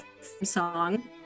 song